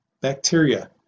bacteria